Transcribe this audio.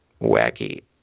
wacky